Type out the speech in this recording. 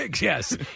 Yes